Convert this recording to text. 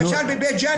מרעי,